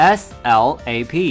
s-l-a-p